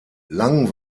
lang